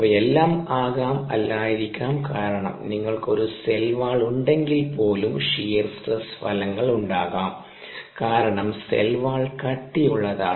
ഇവയെല്ലാം ആകാം അല്ലായിരിക്കാം കാരണം നിങ്ങൾക്ക് ഒരു സെൽ വാൾ ഉണ്ടെങ്കിൽപ്പോലും ഷിയർ സ്ട്രെസ്സ് ഫലങ്ങൾ ഉണ്ടാകാം കാരണം സെൽ വാൾ കട്ടിയുള്ളതാണ്